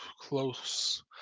close